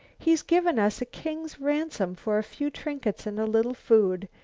he's given us a king's ransom for a few trinkets and a little food!